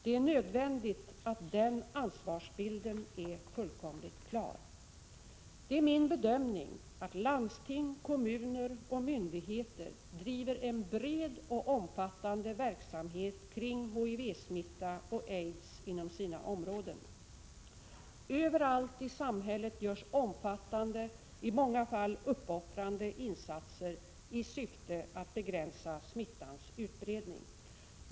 Det är nödvändigt att den ansvarsbilden är fullkomligt klar. Det är min bedömning att landsting, kommuner och myndigheter driver en bred och omfattande verksamhet kring HIV-smitta och aids inom sina områden. Överallt i samhället görs omfattande, i många fall uppoffrande, insatser i syfte att begränsa smittans utbredning.